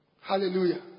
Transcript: Hallelujah